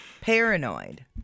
paranoid